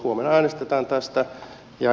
huomenna äänestetään tästä